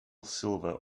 silver